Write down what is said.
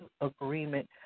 agreement